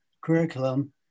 curriculum